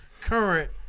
current